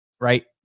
right